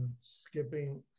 Skipping